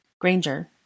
Granger